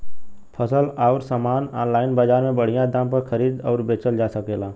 फसल अउर सामान आनलाइन बजार में बढ़िया दाम पर खरीद अउर बेचल जा सकेला